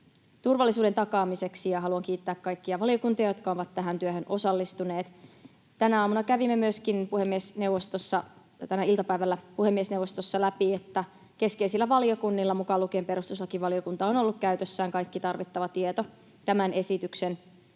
turvallisuuden takaamiseksi. Haluan kiittää kaikkia valiokuntia, jotka ovat tähän työhön osallistuneet. Tänään iltapäivällä kävimme myöskin puhemiesneuvostossa läpi, että keskeisillä valiokunnilla, mukaan lukien perustuslakivaliokunta, on ollut käytössään kaikki tarvittava tieto tämän esityksen